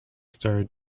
starred